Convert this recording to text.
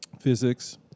Physics